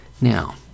Now